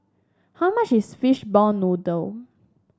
how much is Fishball Noodle